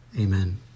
Amen